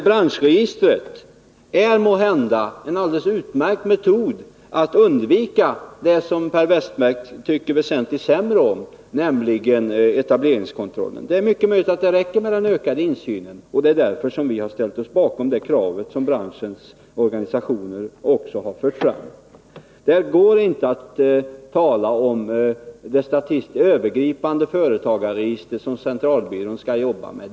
Branschregister är måhända en alldeles utmärkt metod för att undvika det som Per Westerberg tycker väsentligt sämre om, nämligen etableringskontroll. Det är mycket möjligt att det räcker med en sådan ökad insyn, och det är därför som vi ställt oss bakom det krav på denna som också branschens organisationer har fört fram. Det gäller däremot inte beträffande det övergripande företagarregister som statistiska centralbyrån skall arbeta med.